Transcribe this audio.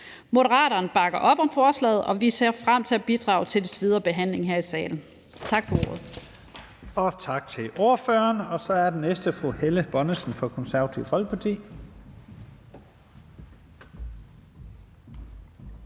Moderaterne bakker op om forslaget, og vi ser frem til at bidrage til dets videre behandling her i salen. Tak for ordet.